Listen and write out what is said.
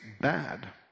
bad